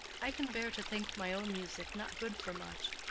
i can bear to think my own music not good for much,